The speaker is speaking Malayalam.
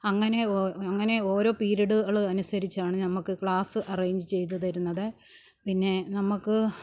അങ്ങനെ അങ്ങനെ ഓരോ പിരീഡുകൾ അനുസരിച്ചാണ് നമ്മൾക്ക് ക്ലാസ്സ് അറേഞ്ച് ചെയ്തു തരുന്നത് പിന്നെ നമ്മൾക്ക്